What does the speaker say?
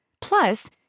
Plus